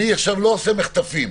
אני לא עושה מחטפים.